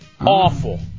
Awful